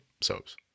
soaps